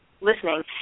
listening